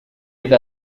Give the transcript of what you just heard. إذا